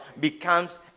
becomes